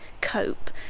cope